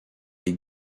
les